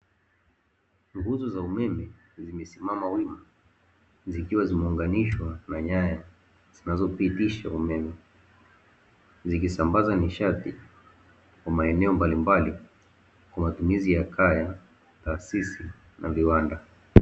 Nguzo za umeme zimesimama wima zikiwa zimeunganishwa na nyaya zinazopitisha umeme. Zikisambaza nishati katika maeneo mbalimbali kwa matumizi ya kaya, taasisi na viwanda.